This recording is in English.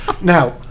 Now